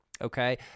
Okay